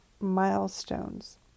milestones